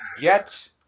get